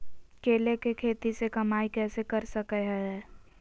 केले के खेती से कमाई कैसे कर सकय हयय?